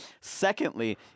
Secondly